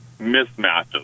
mismatches